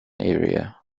area